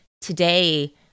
Today